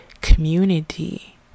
community